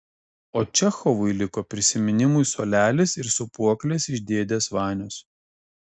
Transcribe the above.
o čechovui liko prisiminimui suolelis ir sūpuoklės iš dėdės vanios